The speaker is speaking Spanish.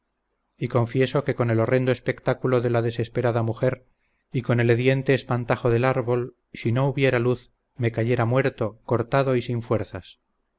y confieso que con el horrendo espectáculo de la desesperada mujer y con el hendiente espantajo del árbol si no hubiera luz me cayera muerto cortado y sin fuerzas